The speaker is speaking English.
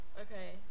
Okay